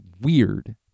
weird